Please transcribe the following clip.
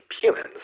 humans